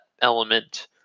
element